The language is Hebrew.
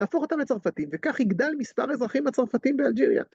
‫תהפוך אותם לצרפתים, וכך יגדל מספר ‫אזרחים הצרפתים באלג'ריה.